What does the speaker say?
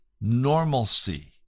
normalcy